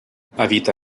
habita